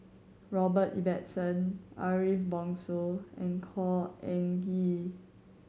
Robert Ibbetson Ariff Bongso and Khor Ean Ghee